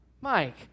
Mike